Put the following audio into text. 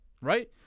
right